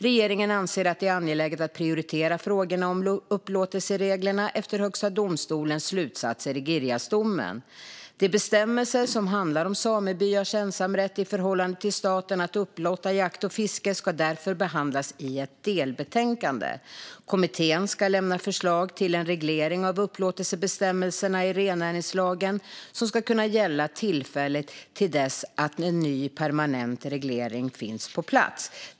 Regeringen anser att det är angeläget att prioritera frågorna om upplåtelsereglerna efter Högsta domstolens slutsatser i Girjasdomen. De bestämmelser som handlar om samebyars ensamrätt i förhållande till staten att upplåta jakt och fiske ska därför behandlas i ett delbetänkande. Kommittén ska lämna förslag till en reglering av upplåtelsebestämmelserna i rennäringslagen som ska kunna gälla tillfälligt till dess att en ny permanent reglering finns på plats.